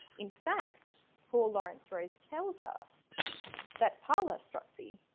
in fact, paul lawrence rose tells us that pala strozzi,